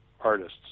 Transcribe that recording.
artists